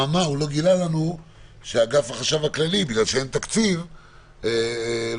המנמ"ר לא גילה לנו שבגלל שאין תקציב אגף החשב